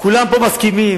כולם פה מסכימים,